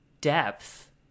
depth